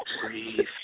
breathe